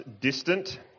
distant